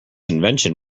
invention